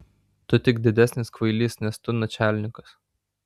tu tik didesnis kvailys nes tu načialnikas